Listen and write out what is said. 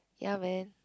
ya man